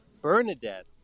Bernadette